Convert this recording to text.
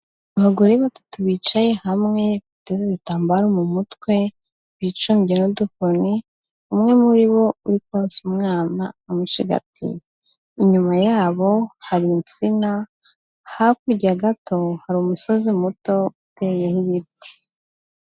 Abagore batatu bicaye hamwe biteze igitambaro mu mutwe bicumbye n'udukoni umwe muri bo uri konsa umwana amucigatiye, inyuma y'abo hari insina hakurya gato hari umusozi muto uteyeho ibiti.